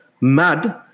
mad